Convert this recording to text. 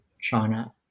China